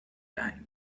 time